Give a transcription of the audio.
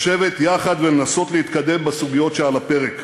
לשבת יחד ולנסות להתקדם בסוגיות שעל הפרק,